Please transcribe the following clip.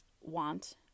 want